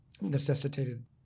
necessitated